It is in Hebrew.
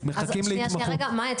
מאי,